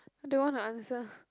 don't wanna answer